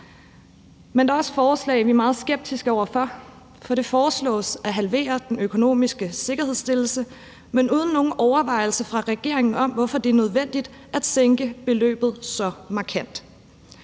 Men der er også forslag, vi er meget skeptiske over for, for det foreslås at halvere den økonomiske sikkerhedsstillelse, men uden nogen overvejelse fra regeringens side om, hvorfor det er nødvendigt at sænke beløbet så markant.